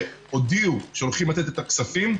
הודיעו שהולכים לתת את הכספים.